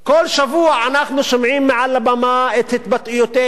התבטאויותיהם הגזעניות נגד חברי הכנסת הערבים,